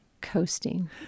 coasting